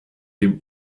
dem